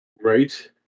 Right